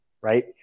right